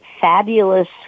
fabulous